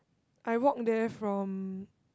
I walked there from